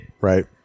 Right